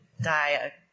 die